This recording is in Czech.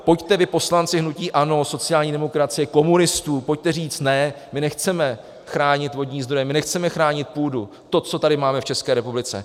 Pojďte vy, poslanci hnutí ANO, sociální demokracie, komunistů, pojďte říct ne, my nechceme chránit vodní zdroje, my nechceme chránit půdu, to, co tady máme v České republice.